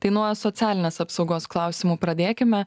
tai nuo socialinės apsaugos klausimų pradėkime